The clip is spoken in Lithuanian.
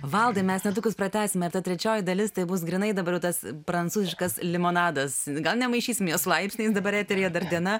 valdai mes netrukus pratęsime ta trečioji dalis tai bus grynai dabar tas prancūziškas limonadas gal ne maišysim jo su laipsniais dabar eteryje dar diena